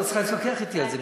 את לא צריכה להתווכח אתי על זה,